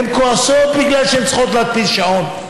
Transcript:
הן כועסות כי הן צריכות להחתים שעון.